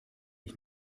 ich